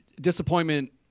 disappointment